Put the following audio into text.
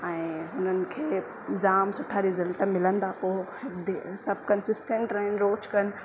ऐं उन्हनि खे जाम सुठा रिजल्ट मिलनि था पोइ सभु कंसिस्टेंट रहनि रोज़ु कनि